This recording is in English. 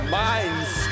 minds